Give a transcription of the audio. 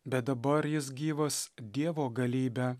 bet dabar jis gyvas dievo galybe